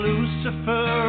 Lucifer